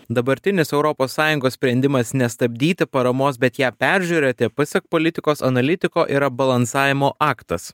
dabartinis europos sąjungos sprendimas nestabdyti paramos bet ją peržiūrėti pasak politikos analitiko yra balansavimo aktas